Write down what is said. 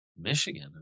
Michigan